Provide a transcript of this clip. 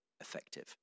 effective